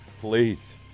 please